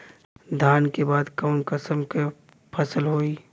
धान के बाद कऊन कसमक फसल होई?